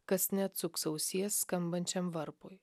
kas neatsuks ausies skambančiam varpui